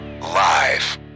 live